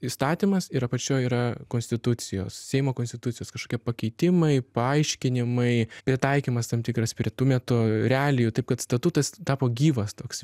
įstatymas ir apačioj yra konstitucijos seimo konstitucijos kažkokie pakeitimai paaiškinimai pritaikymas tam tikras prie tų metų realijų taip kad statutas tapo gyvas toks